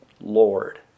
Lord